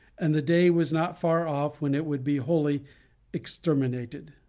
and the day was not far off when it would be wholly exterminated.